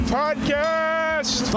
podcast